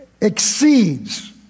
exceeds